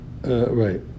Right